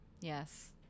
Yes